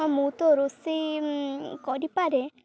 ହଁ ମୁଁ ତ ରୋଷେଇ କରିପାରେ